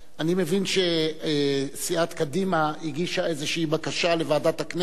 אני מבין שסיעת קדימה הגישה איזו בקשה לוועדת הכנסת,